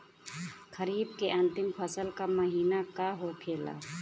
खरीफ के अंतिम फसल का महीना का होखेला?